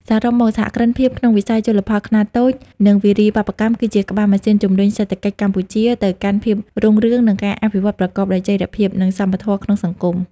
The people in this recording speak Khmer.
សរុបមក សហគ្រិនភាពក្នុងវិស័យជលផលខ្នាតតូច និងវារីវប្បកម្ម គឺជាក្បាលម៉ាស៊ីនជំរុញសេដ្ឋកិច្ចកម្ពុជាទៅកាន់ភាពរុងរឿង និងការអភិវឌ្ឍប្រកបដោយចីរភាព និងសមធម៌ក្នុងសង្គម។